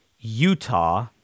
Utah